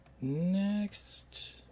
Next